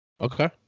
Okay